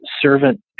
servant